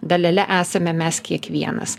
dalele esame mes kiekvienas